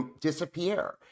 disappear